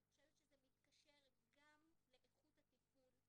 אני חושבת שזה מתקשר גם לאיכות הטיפול,